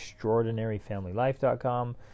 extraordinaryfamilylife.com